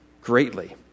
greatly